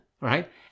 Right